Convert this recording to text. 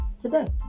today